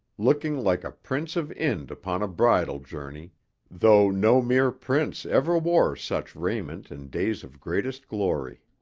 looking like a prince of ind upon a bridal journey though no mere prince ever wore such raiment in days of greatest glory.